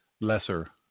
lesser